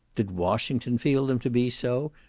did washington feel them to be so,